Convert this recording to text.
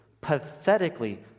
pathetically